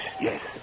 Yes